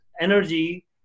energy